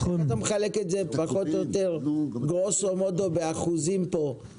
איך אתה מחלק את זה פחות או יותר גרוסו מודו באחוזים פה?